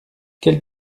quel